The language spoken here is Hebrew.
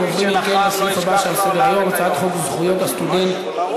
אנחנו עוברים לסעיף הבא על סדר-היום: הצעת חוק זכויות הסטודנט (תיקון,